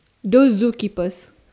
those zookeepers